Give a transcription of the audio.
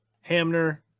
Hamner